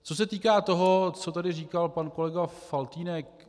Co se týká toho, co tady říkal pan kolega Faltýnek.